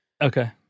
okay